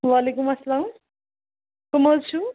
وعلیکُم السلام کٕم حظ چھِو